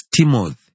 Timoth